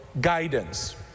guidance